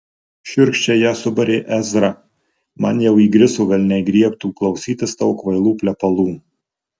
šiurkščiai ją subarė ezra man jau įgriso velniai griebtų klausytis tavo kvailų plepalų